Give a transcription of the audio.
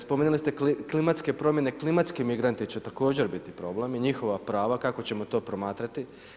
Spomenuli ste klimatske promjene, klimatski migranti, će također biti problem i njihova prava, kako ćemo to promatrati.